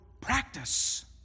practice